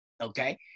okay